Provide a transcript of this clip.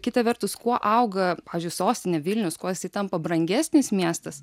kita vertus kuo auga pavyzdžiui sostinė vilnius kuo jisai tampa brangesnis miestas